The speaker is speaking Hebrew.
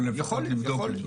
או לפחות לבדוק את זה.